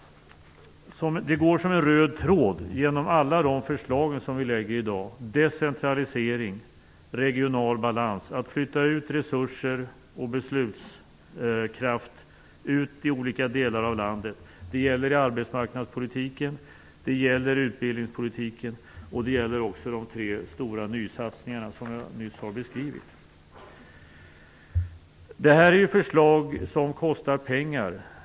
Som en röd tråd genom alla de förslag som vi lägger fram i dag går decentralisering och regional balans, att flytta ut resurser och beslutskraft till olika delar av landet. Det gäller arbetsmarknadspolitiken, det gäller utbildningspolitiken, och det gäller också de tre stora nysatsningarna som jag nyss har beskrivit. Detta är förslag som kostar pengar.